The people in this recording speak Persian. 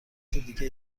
دیگه